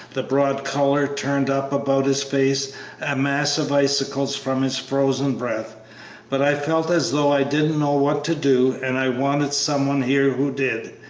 the broad collar turned up about his face a mass of icicles from his frozen breath but i felt as though i didn't know what to do, and i wanted some one here who did.